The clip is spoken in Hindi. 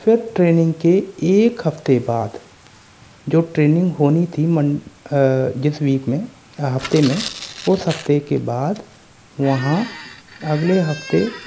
फिर ट्रेनिंग के एक हफ्ते बाद जो ट्रेनिंग होनी थी मन जिस वीक में या हफ्ते में उस हफ्ते के बाद वहाँ अगले हफ्ते